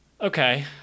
Okay